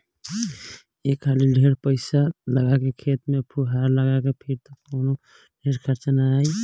एक हाली ढेर पईसा लगा के खेत में फुहार लगा के फिर त कवनो ढेर खर्चा ना आई